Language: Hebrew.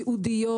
ייעודיות,